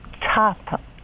top